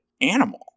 animal